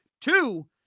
Two